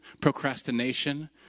procrastination